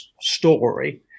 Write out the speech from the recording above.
story